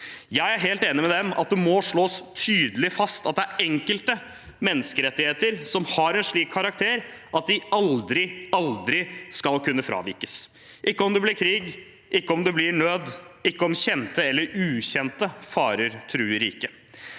Jeg er helt enig med dem i at det må slås tydelig fast at det er enkelte menneskerettigheter som har en slik karakter at de aldri, aldri skal kunne fravikes – ikke om det blir krig, ikke om det blir nød, ikke om kjente eller ukjente farer truer riket.